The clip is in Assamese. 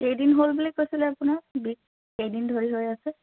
কেইদিন হ'ল বুলি কৈছিলে আপোনাৰ বিষ কেইদিন ধৰি হৈ আছে